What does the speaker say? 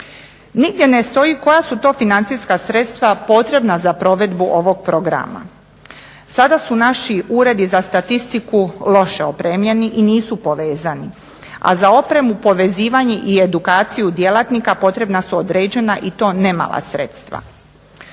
Nigdje ne stoji koja su to financijska sredstva potrebna za provedbu ovog programa. Sada su naši uredi za statistiku loše opremljeni i nisu povezani. A za opremu povezivanje i edukaciju djelatnika potrebna su određena i to ne mala sredstva.